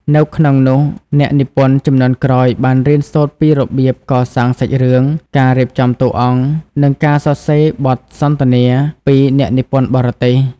នៅក្នុងនោះអ្នកនិពន្ធជំនាន់ក្រោយបានរៀនសូត្រពីរបៀប កសាងសាច់រឿង ការរៀបចំតួអង្គ និងការសរសេរបទសន្ទនា ពីអ្នកនិពន្ធបរទេស។